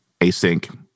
async